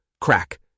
Crack